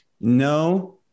No